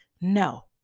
No